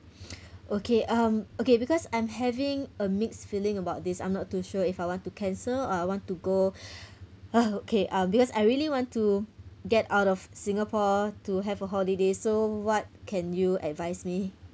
okay um okay because I'm having a mixed feeling about this I'm not too sure if I want to cancel uh I want to go uh okay uh because I really want to get out of singapore to have a holiday so what can you advise me